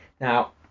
Now